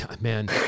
Man